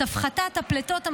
יותר